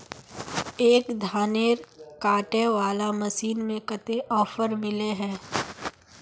एक धानेर कांटे वाला मशीन में कते ऑफर मिले है?